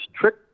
trick